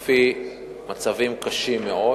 לדיור הציבורי לפי מצבים קשים מאוד.